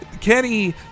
Kenny